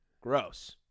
Gross